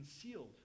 concealed